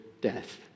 death